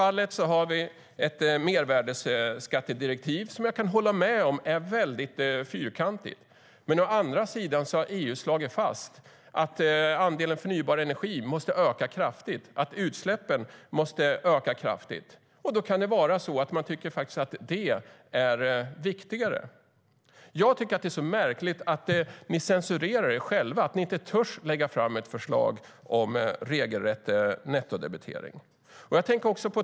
I detta fall har vi ett mervärdesskattedirektiv som jag kan hålla med om är väldigt fyrkantigt. Å andra sidan har EU slagit fast att andelen förnybar energi måste öka kraftigt och att utsläppen måste minska kraftigt. Det kan vara så att man tycker att det är viktigare. Det är märkligt att ni censurerar er själva, att ni inte törs lägga fram ett förslag om nettodebitering.